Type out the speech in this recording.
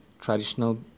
traditional